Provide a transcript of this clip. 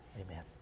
Amen